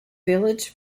village